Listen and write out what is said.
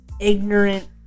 Ignorant